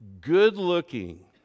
good-looking